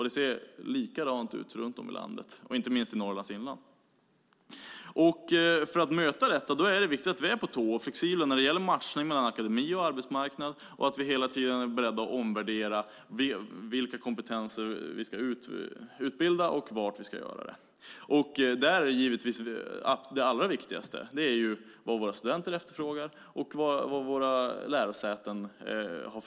Det ser likadant ut runt om i landet, inte minst i Norrlands inland. För att möta detta är det viktigt att vi är på tå och flexibla när det gäller matchningen mellan akademi och arbetsmarknad och att vi hela tiden är beredda att omvärdera vilka kompetenser vi ska utbilda och var vi ska göra det. Det allra viktigaste är givetvis vad våra studenter efterfrågar och vilka möjligheter våra lärosäten har.